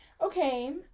Okay